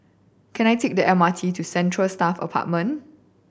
can I take the M R T to Central Staff Apartment